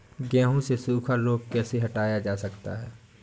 गेहूँ से सूखा रोग कैसे हटाया जा सकता है?